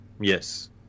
Yes